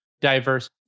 diverse